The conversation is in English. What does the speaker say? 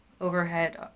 Overhead